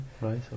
Right